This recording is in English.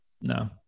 No